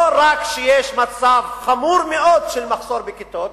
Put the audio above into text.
לא רק שיש מצב חמור מאוד של מחסור בכיתות,